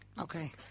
okay